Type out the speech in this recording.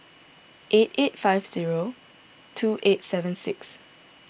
eight eight five zero two eight seven six